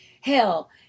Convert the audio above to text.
Hell